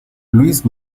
luis